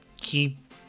keep